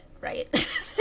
right